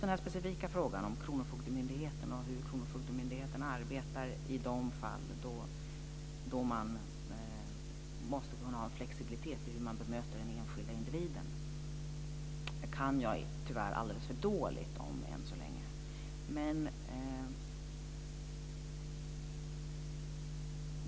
Den specifika frågan om hur kronofogdemyndigheten arbetar i fall där man måste kunna ha en flexibilitet i bemötandet av den enskilda individen känner jag än så länge tyvärr alldeles för dåligt till.